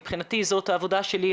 מבחינתי זאת העבודה שלי.